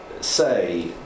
say